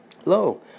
Hello